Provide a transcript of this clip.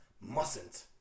mustn't